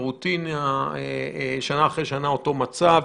שזו רוטינה וששנה אחרי שנה זה אותו מצב.